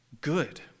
good